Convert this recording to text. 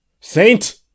Saint